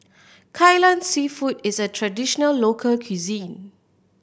Kai Lan Seafood is a traditional local cuisine